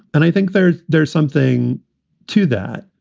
and i think there's there's something to that.